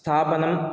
स्थापनं